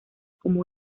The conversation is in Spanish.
como